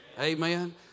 Amen